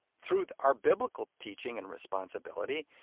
through our biblical teaching and responsibility,